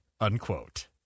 unquote